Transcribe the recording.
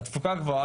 התפוקה גבוהה,